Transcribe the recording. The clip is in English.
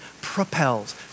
propels